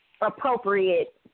appropriate